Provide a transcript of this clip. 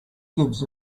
gives